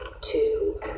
two